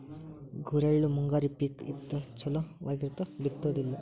ಗುರೆಳ್ಳು ಮುಂಗಾರಿ ಪಿಕ್ ಇದ್ದ ಚಲ್ ವಗಿತಾರ ಬಿತ್ತುದಿಲ್ಲಾ